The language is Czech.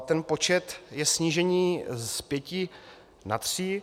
Ten počet je snížení z pěti na tři.